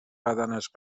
بدنش